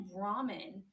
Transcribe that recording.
ramen